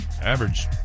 average